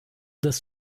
das